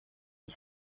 dix